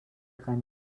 غنی